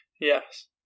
Yes